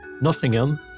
Nottingham